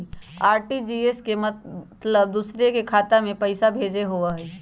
RTGS के मतलब दूसरे के खाता में पईसा भेजे होअ हई?